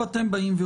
אתם יודעים,